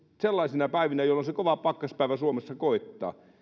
sellaisina päivinä jolloin se kova pakkaspäivä suomessa koittaa